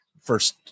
first